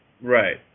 Right